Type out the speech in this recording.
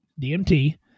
DMT